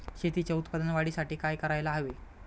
शेतीच्या उत्पादन वाढीसाठी काय करायला हवे?